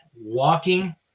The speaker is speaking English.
walking